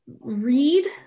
read